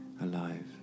alive